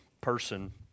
person